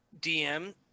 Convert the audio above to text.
dm